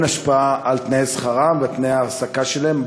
השפעה על תנאי שכרם ועל תנאי ההעסקה שלהם.